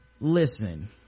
listen